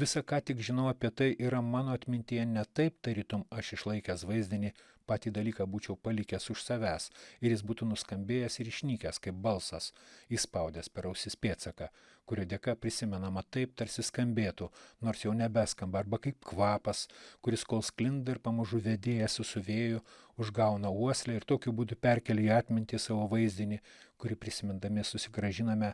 visa ką tik žinau apie tai yra mano atmintyje ne taip tarytum aš išlaikęs vaizdinį patį dalyką būčiau palikęs už savęs ir jis būtų nuskambėjęs ir išnykęs kaip balsas įspaudęs per ausis pėdsaką kurio dėka prisimenama taip tarsi skambėtų nors jau nebeskamba arba kaip kvapas kuris kol sklinda ir pamažu vedėjasi su vėju užgauna uoslę ir tokiu būdu perkėlia į atmintį savo vaizdinį kurį prisimindami susigrąžiname